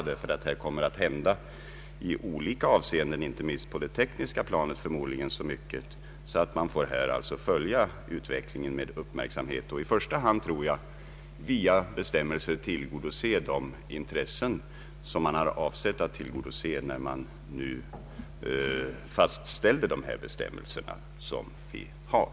I olika avseenden, inte minst på det tekniska planet, kommer det förmodligen att hända så mycket att man bör följa utvecklingen med uppmärksamhet och i första hand via bestämmelser tillgodose de intressen som man har avsett att tillgodose när man fastställde de bestämmelser vi har.